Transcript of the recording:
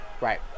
Right